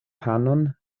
panon